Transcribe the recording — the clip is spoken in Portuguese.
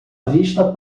vista